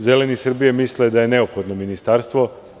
Zeleni Srbije misle da je neophodno ministarstvo.